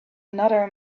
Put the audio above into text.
another